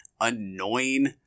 annoying